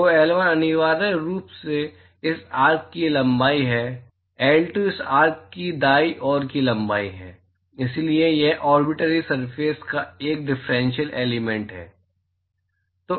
तो L1 अनिवार्य रूप से इस आर्क की लंबाई है L2 इस आर्क की दाईं ओर की लंबाई है इसलिए यह ऑबिर्टरी सरफेस का एक डिफरेंशियल एलिमेंट है